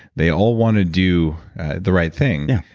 they all want to do the right thing.